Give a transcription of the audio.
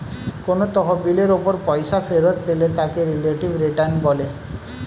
কোন তহবিলের উপর পয়সা ফেরত পেলে তাকে রিলেটিভ রিটার্ন বলে